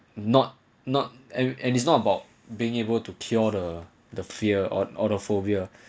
not not and and it's not about being able to cure the the fear or or the phobia